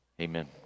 Amen